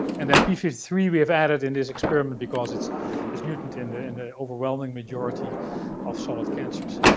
and then p five three we have added in this experiment because it's it's mutant and in the overwhelming majority of solid cancers.